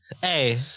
Hey